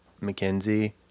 Mackenzie